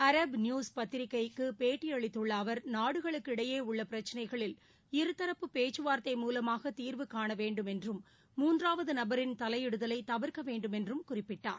அரபு நியூஸ் பத்திரிகைகளுக்கு பேட்டியளித்த அவர் நாடுகளுக்கு இடையே உளள் பிரச்சனைகளில் இருதரப்பு பேச்சுவார்த்தை மூவமாக தீர்வு காணவேண்டும் என்றும் மூன்றாவது நபரின் தலையிடுதலை தவிர்க்கவேண்டும் என்றும் குறிப்பிட்டார்